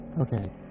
okay